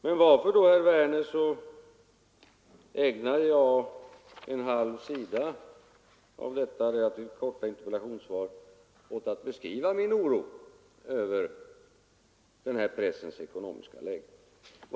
Men varför, herr Werner, ägnar jag då ett gott stycke av mitt relativt korta interpellations svar åt att beskriva min oro över den här pressens ekonomiska läge?